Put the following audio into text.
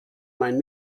mein